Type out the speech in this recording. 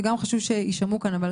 חשוב שיישמעו פה.